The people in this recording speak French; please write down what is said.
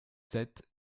sept